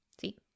See